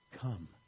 come